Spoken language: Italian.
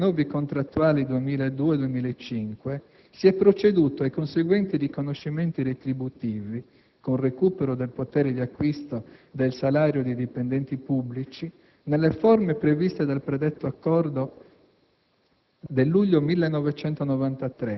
Pertanto, in sede di rinnovi contrattuali 2002-2005, si è proceduto ai conseguenti riconoscimenti retributivi, con recupero del potere di acquisto del salario dei dipendenti pubblici nelle forme previste dal predetto accordo